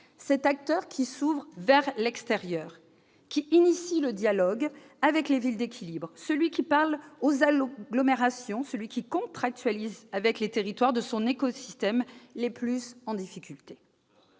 cet acteur qui s'ouvre vers l'extérieur, qui engage le dialogue avec les villes d'équilibre, qui parle aux agglomérations, qui contractualise avec les territoires de son écosystème le plus en difficulté.